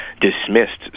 dismissed